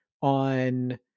on